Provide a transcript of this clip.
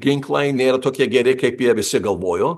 ginklai nėra tokie geri kaip jie visi galvojo